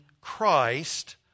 Christ